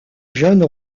jeune